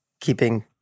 keeping